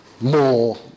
more